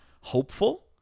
hopeful